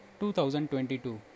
2022